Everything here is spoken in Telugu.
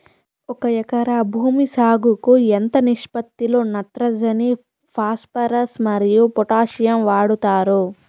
ఒక ఎకరా భూమి సాగుకు ఎంత నిష్పత్తి లో నత్రజని ఫాస్పరస్ మరియు పొటాషియం వాడుతారు